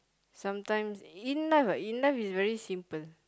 sometimes in life ah in life is very simple